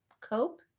Cope